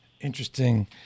Interesting